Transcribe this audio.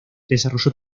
desarrolló